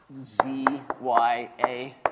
ZYA